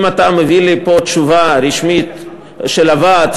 אם אתה מביא לי לכאן תשובה רשמית של הוועד,